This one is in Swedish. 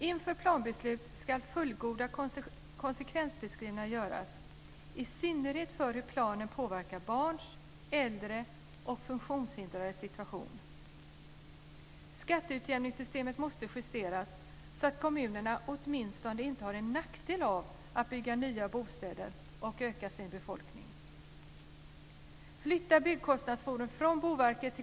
Inför planbeslut ska fullgoda konsekvensbeskrivningar göras, i synnerhet för hur planen påverkar barns, äldres och funktionshindrades situation. · Skatteutjämningssystemet måste justeras så att kommunerna åtminstone inte har en nackdel av att bygga nya bostäder och öka sin befolkning.